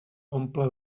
omple